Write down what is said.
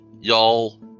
y'all